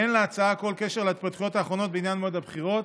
ואין להצעה כל קשר להתפתחויות האחרונות בעניין מועד הבחירות.